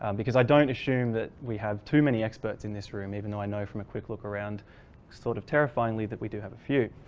um because i don't assume that we have too many experts in this room even though i know from a quick look around sort of terrifyingly that we do have a few.